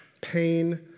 pain